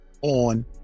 on